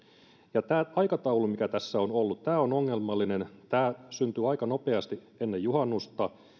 ja tämä aikataulu mikä tässä on ollut on ongelmallinen tämä syntyi aika nopeasti ennen juhannusta